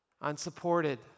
unsupported